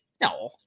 no